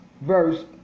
verse